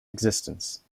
existence